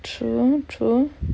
true true